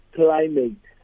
climate